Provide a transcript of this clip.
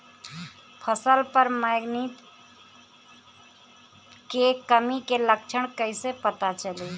फसल पर मैगनीज के कमी के लक्षण कइसे पता चली?